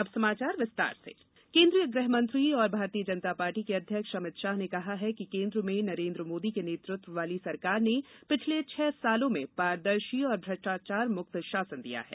अब समाचार विस्तार से अमित शाह केन्द्रीय गृह मंत्री और भारतीय जनता पार्टी के अध्यक्ष अभित शाह ने कहा कि केन्द्र में नरेन्द्र मोदी के नेतृत्व वाली सरकार ने पिछले छह वर्षो में पारदर्शी और भ्रष्टाचार मुक्त शासन दिया है